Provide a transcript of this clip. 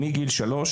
מגיל שלוש,